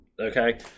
okay